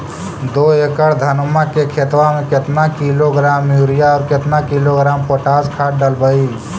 दो एकड़ धनमा के खेतबा में केतना किलोग्राम युरिया और केतना किलोग्राम पोटास खाद डलबई?